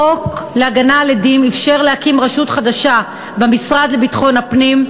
החוק להגנה על עדים אפשר להקים רשות חדשה במשרד לביטחון הפנים.